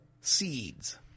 seeds